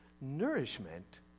Nourishment